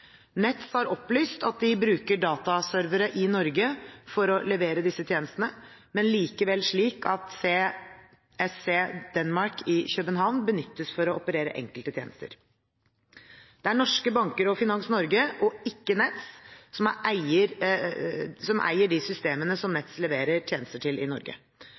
Nets har opplyst at de bruker dataservere i Norge for å levere disse tjenestene, men det er likevel slik at CSC Denmark i København benyttes for å operere enkelte tjenester. Det er norske banker og Finans Norge, og ikke Nets, som eier de systemene som Nets leverer tjenester til i Norge.